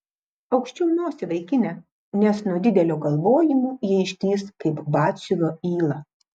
aukščiau nosį vaikine nes nuo didelio galvojimo ji ištįs kaip batsiuvio yla